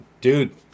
Dude